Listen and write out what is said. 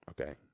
okay